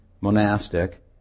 monastic